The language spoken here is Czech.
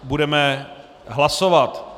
Budeme hlasovat.